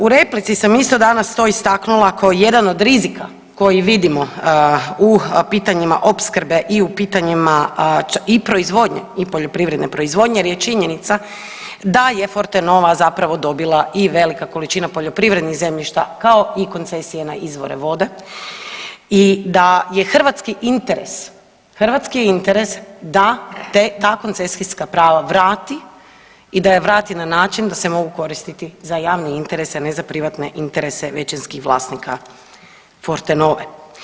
U replici sam isto danas to istaknula kao jedan od rizika koji vidimo u pitanjima opskrbe i u pitanjima i proizvodnje i poljoprivredne proizvodnje jer je činjenica da je Fortenova zapravo dobila i velika količina poljoprivrednih zemljišta, kao i koncesije na izvore vode i da je hrvatski interes, hrvatski je interes da te, ta koncesijska prava vrati i da je vrati na način da se mogu koristiti za javne interese, ne za privatne interese većinskih vlasnika Fortenove.